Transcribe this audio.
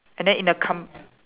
and then in the come